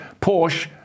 Porsche